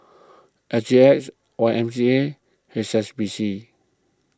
S G H Y M G A H S B C